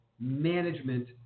management